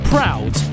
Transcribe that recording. Proud